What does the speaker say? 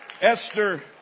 Esther